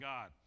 God